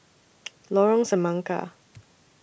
Lorong Semangka